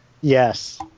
Yes